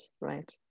right